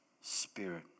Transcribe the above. spirit